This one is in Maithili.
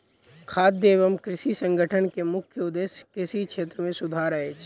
खाद्य एवं कृषि संगठन के मुख्य उदेश्य कृषि क्षेत्र मे सुधार अछि